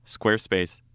Squarespace